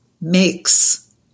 makes